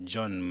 John